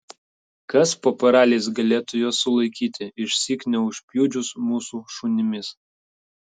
kas po paraliais galėtų juos sulaikyti išsyk neužpjudžius mūsų šunimis